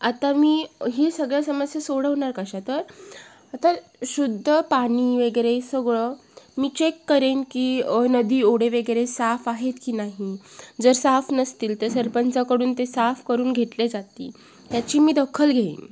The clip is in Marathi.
आता मी ही सगळ्या समस्या सोडवणार कशा तर आता शुद्ध पाणी वगैरे सगळं मी चेक करेन की नदी ओढे वगैरे साफ आहेत की नाही जर साफ नसतील तर सरपंचाकडून ते साफ करून घेतले जातील त्याची मी दखल घेईन